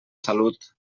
salut